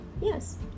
Yes